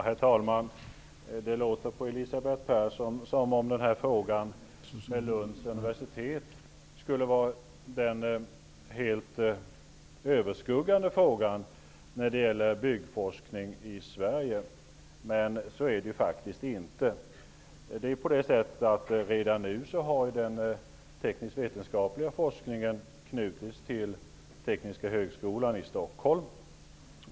Herr talman! När man lyssnar på Elisabeth Persson låter det som om frågan om Lunds universitet skulle vara den helt överskuggande frågan när det gäller byggforskning i Sverige. Så är det faktiskt inte. Redan nu är ju den teknisk-vetenskapliga forskningen knuten till Tekniska högskolan i Stockholm.